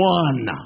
one